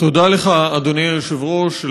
תודה לך, אדוני היושב-ראש.